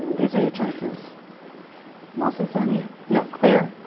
these are your choices mostly sunny no. clear,